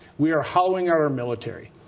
we are following our military.